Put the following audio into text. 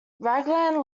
raglan